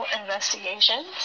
Investigations